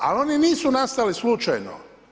Ali oni nisu nastali slučajno.